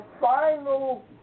final